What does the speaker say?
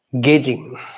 gauging